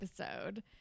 episode